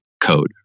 code